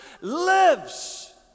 lives